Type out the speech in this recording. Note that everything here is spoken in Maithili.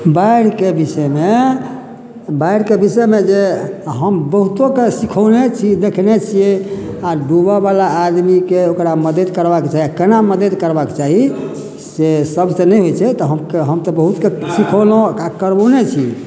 बाढ़िके विषयमे बाढ़िके विषयमे जे हम बहुतोके सिखौने छी देखने छियै आ डूबऽ बला आदमीके ओकरा मदद करबाक चाही आ केना मदद करबाक चाही से सभसँ नहि होइ छै तऽ हम तऽ बहुतके सिखौलहुॅं आ करबोने छी